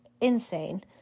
insane